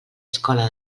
escola